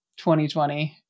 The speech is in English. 2020